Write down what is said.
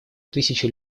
тысячи